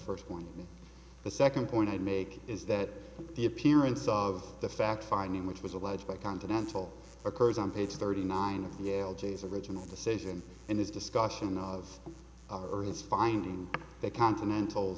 first point the second point i'd make is that the appearance of the fact finding which was alleged by continental occurs on page thirty nine of the yale g s original decision and his discussion of our earth is finding that continental